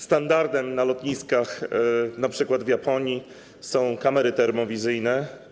Standardem na lotniskach, np. w Japonii, są kamery termowizyjne.